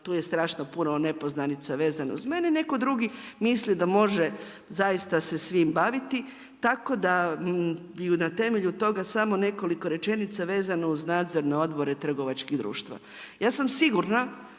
tu je strašno puno nepoznanica vezano uz mene. Netko drugi misli da može zaista se svim baviti, tako da i na temelju toga samo nekoliko rečenica vezano uz nadzorne odbore trgovačkih društava. Ja sam sigurna